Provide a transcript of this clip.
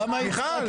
די כבר.